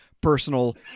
personal